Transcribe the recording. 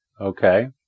Okay